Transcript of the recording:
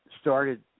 started